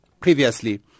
previously